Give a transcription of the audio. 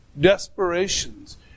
desperations